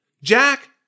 Jack